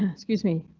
excuse me,